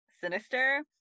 sinister